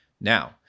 Now